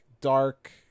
dark